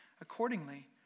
accordingly